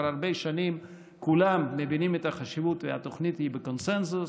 כבר הרבה שנים כולם מבינים את החשיבות והתוכנית היא בקונסנזוס.